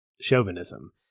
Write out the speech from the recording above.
chauvinism